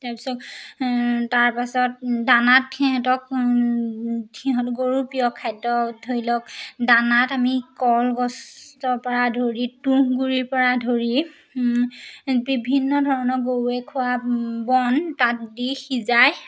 তাৰপিছত তাৰপাছত দানাত সিহঁতক সিহঁতক গৰুৰ প্ৰিয় খাদ্য ধৰি লওক দানাত আমি কলগছৰ পৰা ধৰি তুঁহ গুড়িৰ পৰা ধৰি বিভিন্ন ধৰণৰ গৰুৱে খোৱা বন তাত দি সিজাই